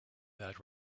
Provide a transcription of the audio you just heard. that